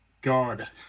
God